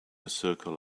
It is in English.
circle